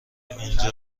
اونجا